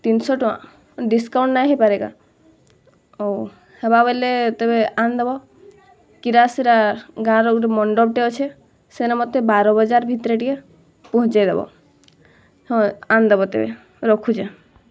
ତିନିଶହ ଟଙ୍କା ଡିସ୍କାଉଣ୍ଟ୍ ନାଇଁ ହେଇ ପାରେକେଁ ହଉ ହେବା ହେଲେ ତେବେ ଆନ୍ଦେବ କିରାଶିରା ଗାଁର ଗୁଟେ ମଣ୍ଡପ୍ଟେ ଅଛେ ସେନେ ମୋତେ ବାର ବଜାର୍ ଭିତ୍ରେ ଟିକେ ପହଞ୍ଚେଇ ଦେବ ହଁ ଆନ୍ଦେବ ତେବେ ରଖୁଚେଁ